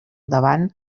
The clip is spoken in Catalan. davant